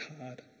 hard